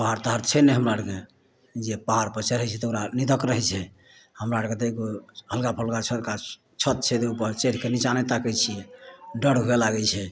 पहाड़ तहाड़ तऽ छै नहि हमरा आओरके जे पहाड़पर चढ़ै छै तऽ ओकरा निधक रहै छै हमरा आओरके तऽ एगो हलका फलका छोटका छत छै जे उपर चढ़िके निच्चाँ नहि ताकै छिए डर हुए लागै छै